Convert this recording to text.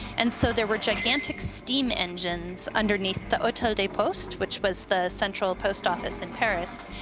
and so, there were gigantic steam engines underneath the hotel de poste which was the central post office in paris,